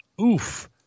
oof